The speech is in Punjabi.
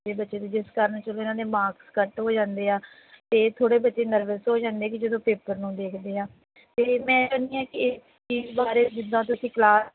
ਅਤੇ ਬੱਚੇ ਦੀ ਜਿਸ ਕਾਰਨ ਚਲੋ ਇਹਨਾਂ ਨੇ ਮਾਰਕਸ ਕੱਟ ਹੋ ਜਾਂਦੇ ਆ ਅਤੇ ਥੋੜ੍ਹੇ ਬੱਚੇ ਨਰਵਸ ਹੋ ਜਾਂਦੇ ਕਿ ਜਦੋਂ ਪੇਪਰ ਨੂੰ ਦੇਖਦੇ ਆ ਅਤੇ ਮੈਂ ਚਾਹੁੰਦੀ ਹਾਂ ਕਿ ਇਸ ਬਾਰੇ ਜਿੱਦਾਂ ਤੁਸੀਂ ਕਲਾਸ